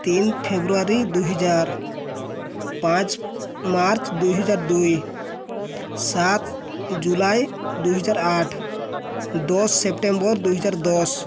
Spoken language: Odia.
ତିନି ଫେବୃଆରୀ ଦୁଇହଜାର ପାଞ୍ଚ ମାର୍ଚ୍ଚ ଦୁଇହଜାର ଦୁଇ ସାତ ଜୁଲାଇ ଦୁଇହଜାର ଆଠ ଦଶ ସେପ୍ଟେମ୍ବର ଦୁଇହଜାର ଦଶ